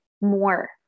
more